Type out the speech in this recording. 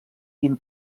quin